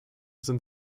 sind